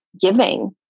giving